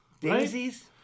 Daisies